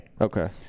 Okay